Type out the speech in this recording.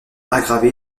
aggravé